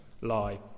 lie